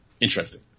interesting